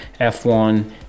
F1